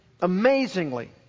amazingly